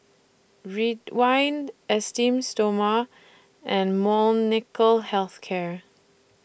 Ridwind Esteem Stoma and Molnylcke Health Care